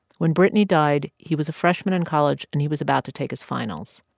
when brittany died, he was a freshman in college, and he was about to take his finals.